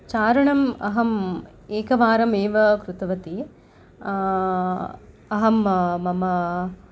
चारणम् अहं एकवारमेव कृतवती अहं मम